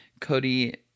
Cody